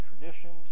traditions